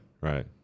Right